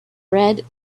red